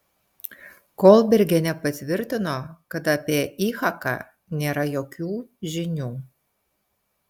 kolbergienė patvirtino kad apie ichaką nėra jokių žinių